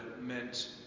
meant